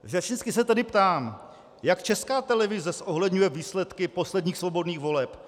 Řečnicky se tedy ptám: Jak Česká televize zohledňuje výsledky posledních svobodných voleb?